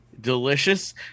delicious